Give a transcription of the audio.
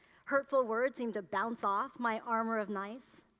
hurtful words seemed to bounce off my armor of nice.